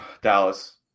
Dallas